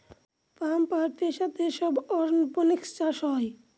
pump আর pressure দিয়ে সব অরপনিক্স চাষ হয়